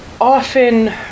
often